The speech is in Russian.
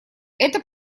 это